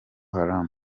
haram